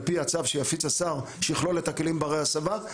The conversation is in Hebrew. על פי הצו שיפיץ השר שיכלול את הכלים ברי ההסבה,